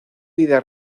vida